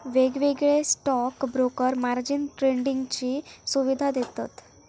वेगवेगळे stock broker margin ट्रेडिंगची सुवीधा देतत